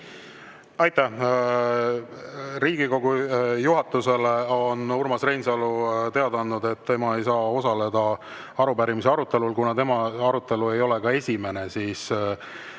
Aitäh! Riigikogu juhatusele on Urmas Reinsalu teada andnud, et tema ei saa osaleda arupärimise arutelul. Kuna tema arutelu ei ole esimene, siis